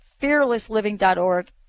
Fearlessliving.org